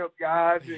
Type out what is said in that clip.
guys